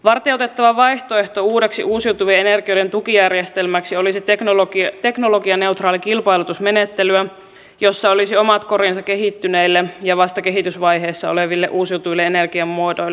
varteenotettava vaihtoehto uudeksi uusiutuvien energioiden tukijärjestelmäksi olisi teknologianeutraali kilpailutusmenettely jossa olisi omat korinsa kehittyneille ja vasta kehitysvaiheessa oleville uusiutuville energiamuodoille